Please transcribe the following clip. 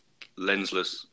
lensless